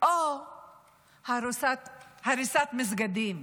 או בהריסת מסגדים.